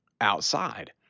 outside